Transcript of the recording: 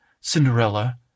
Cinderella